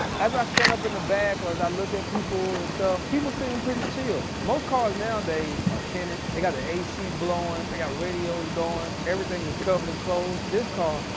as i stood up in the back or as i looked at people and stuff, people seemed pretty chill. most cars nowadays are tinted, they've got the a c blowing, they've got radios going, everything is covered and closed. but this car,